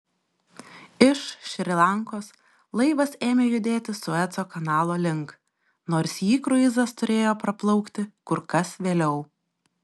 iš šri lankos laivas ėmė judėti sueco kanalo link nors jį kruizas turėjo praplaukti kur kas vėliau